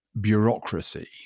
bureaucracy